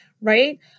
right